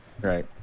Right